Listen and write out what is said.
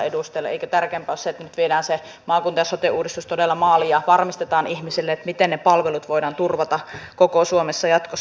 eikö tärkeämpää ole se että nyt viedään maakunta ja sote uudistus todella maaliin ja varmistetaan ihmisille miten ne palvelut voidaan turvata koko suomessa jatkossa